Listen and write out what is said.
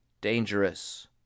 dangerous